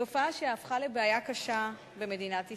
תופעה שהפכה לבעיה קשה במדינת ישראל.